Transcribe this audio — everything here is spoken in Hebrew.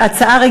כבר פחות.